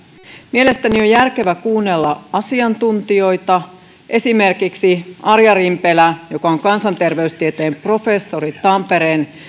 mielestäni on järkevää kuunnella asiantuntijoita esimerkiksi arja rimpelä joka on kansanterveystieteen professori tampereen